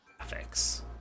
graphics